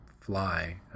fly